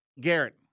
Garrett